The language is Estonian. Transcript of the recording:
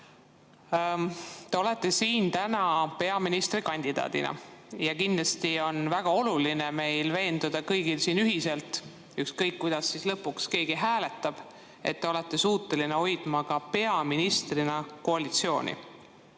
Te olete siin täna peaministrikandidaadina ja kindlasti on väga oluline veenduda meil kõigil siin ühiselt, ükskõik kuidas lõpuks keegi hääletab, et te olete suuteline peaministrina koalitsiooni